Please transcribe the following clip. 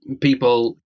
people